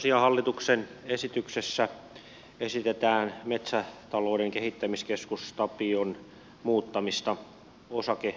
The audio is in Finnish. tosiaan hallituksen esityksessä esitetään metsätalouden kehittämiskeskus tapion muuttamista osakeyhtiöksi